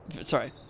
sorry